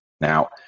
Now